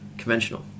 conventional